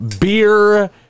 beer